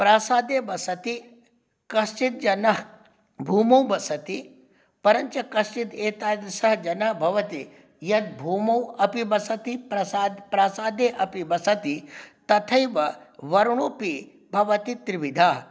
प्रासादे वसति कश्चिद् जनः भूमौ वसति परञ्च कश्चिद् एतादृशः जनः भवति यद् भूमौ अपि वसति प्रसाद प्रासादे अपि वसति तथैव वर्णोऽपि भवति त्रिविधः